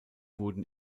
wurden